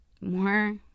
more